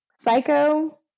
psycho